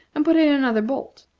and put in another bolt.